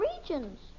regions